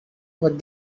what